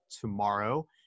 tomorrow